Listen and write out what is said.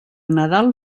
nadal